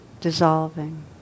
dissolving